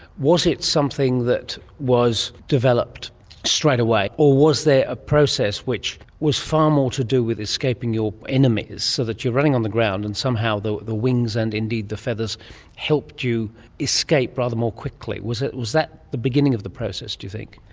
was it something that was developed straight away or was there a process which was far more to do with escaping your enemies, so that you're running on the ground and somehow the the wings and indeed the feathers helped you escape rather more quickly? was that the beginning of the process, do you think?